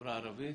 בחברה הערבית